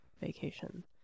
vacation